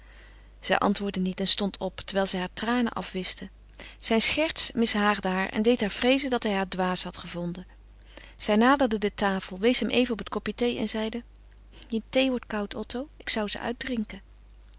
zij antwoordde niet en stond op terwijl zij haar tranen afwischte zijn scherts mishaagde haar en deed haar vreezen dat hij haar dwaas had gevonden zij naderde de tafel wees hem even op het kopje thee en zeide je thee wordt koud otto ik zou ze uitdrinken